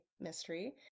mystery